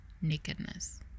nakedness